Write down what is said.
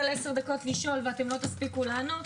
לעשר הדקות האחרונות של השאלות לא תספיקו לענות,